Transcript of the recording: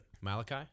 Malachi